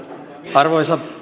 arvoisa